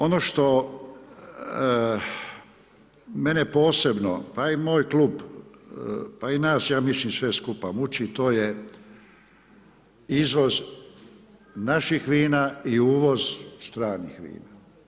Ono što mene posebno pa i moj klub, pa i nas sve skupa muči, to je izvoz naših vina i uvoz stranih vina.